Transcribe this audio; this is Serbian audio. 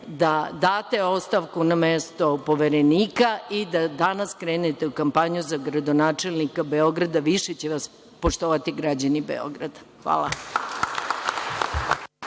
da date ostavku na mesto poverenika i da danas krenete u kampanju za gradonačelnika Beograda, više će vas poštovati građani Beograda. Hvala.